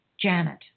Janet